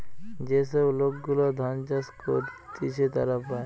যে সব লোক গুলা ধান চাষ করতিছে তারা পায়